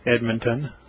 Edmonton